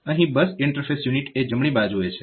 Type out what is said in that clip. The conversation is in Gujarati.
અહીં બસ ઈન્ટરફેસ યુનિટ એ જમણી બાજુએ છે